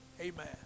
amen